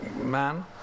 man